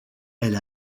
elle